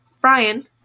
Brian